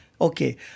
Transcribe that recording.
Okay